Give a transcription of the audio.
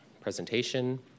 presentation